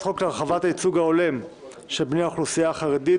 הייצוג ההולם של בני האוכלוסייה החרדית